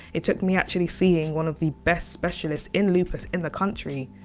it took me actually seeing one of the best specialists in lupus in the country,